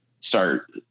start